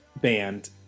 band